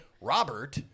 Robert